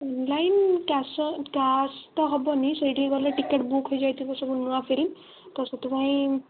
online cash ତ ହେବନି ସେଇଠିକି ଗଲେ ଟିକେଟ୍ ବୁକ୍ ହେଇଯାଇଥିବ ପୂରା ନୂଆ ଫିଡ଼ିଙ୍ଗ ତ ସେଥିପାଇଁ